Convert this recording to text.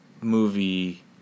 movie